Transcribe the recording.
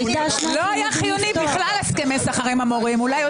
לא היה חיוני בכלל הסכמי שכר עם המורים.